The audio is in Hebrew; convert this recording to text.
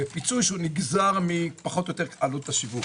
בפיצוי שנגזר מפחות או יותר עלות השיווק.